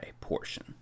portion